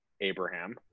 abraham